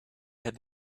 had